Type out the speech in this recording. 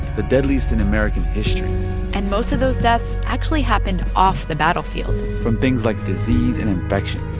the deadliest in american history and most of those deaths actually happened off the battlefield from things like disease and infection.